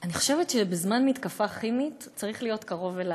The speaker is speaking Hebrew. אני חושבת שבזמן מתקפה כימית צריך להיות קרוב אלי.